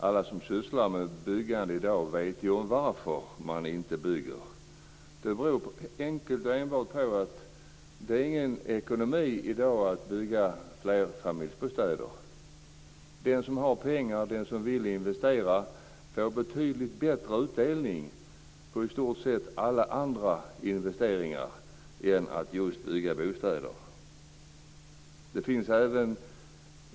Alla som sysslar med byggande i dag vet ju varför man inte bygger. Det beror helt enkelt enbart på att det i dag inte är någon ekonomi att bygga flerfamiljsbostäder. Den som har pengar och vill investera får betydligt bättre utdelning på i stort sett alla andra investeringar än bostadsbyggande.